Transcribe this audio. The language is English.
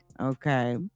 okay